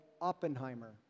Oppenheimer